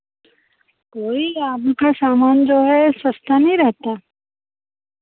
कोई आपका सामान जो है सस्ता नहीं रहता